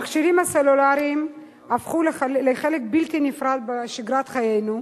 המכשירים הסלולריים הפכו לחלק בלתי נפרד משגרת חיינו,